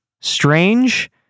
strange